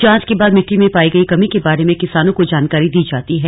जांच के बाद मिट्टी में पायी गई कमी के बारे में किसानों को जानकारी दी जाती है